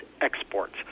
exports